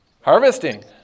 harvesting